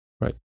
Right